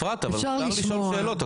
אפרת, אפשר לשאול שאלות.